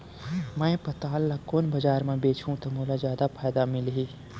मैं पताल ल कोन बजार म बेचहुँ त मोला जादा फायदा मिलही?